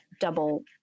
double